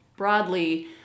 Broadly